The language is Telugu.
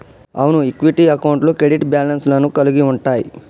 అవును ఈక్విటీ అకౌంట్లు క్రెడిట్ బ్యాలెన్స్ లను కలిగి ఉంటయ్యి